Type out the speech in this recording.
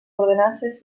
ordenances